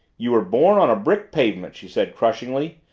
you were born on a brick pavement, she said crushingly.